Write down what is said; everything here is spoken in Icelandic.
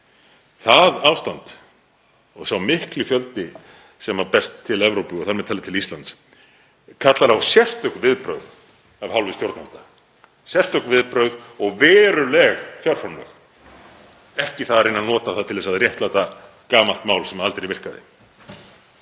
Það ástand og sá mikli fjöldi sem berst til Evrópu, og þar með talið til Íslands, kallar á sérstök viðbrögð af hálfu stjórnvalda, sérstök viðbrögð og veruleg fjárframlög, en ekki á það að reyna að nota það til þess að réttlæta gamalt mál sem aldrei virkaði.